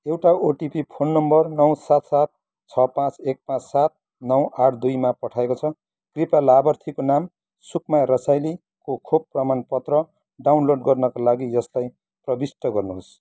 एउटा OTP phone number नौ सात सात छ पाँच एक पाँच सात नौ आठ दुईमा पठाइएको छ कृपया लाभार्थीको नाम सुकमाया रसाइलीको खोप प्रमाणपत्र डाउनलोड गर्नका लागि यसलाई प्रविष्ट गर्नुहोस्